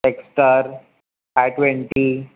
हेकस्टर I twenty